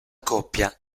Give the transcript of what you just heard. coppia